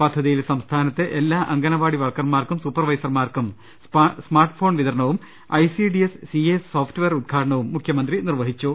പദ്ധതിയിൽ സംസ്ഥാനത്തെ മുഴുവൻ അങ്കണവാടി വർക്കർമാർക്കും സൂപ്പർ വൈസർമാർക്കും സ്മാർട്ട്ഫോൺ വിതരണവും ഐസിഡി എസ് സിഎഎസ് സോഫ്റ്റ്വെയർ ഉദ്ഘാടനവും മുഖ്യമന്ത്രി നിർവ ഹിച്ചു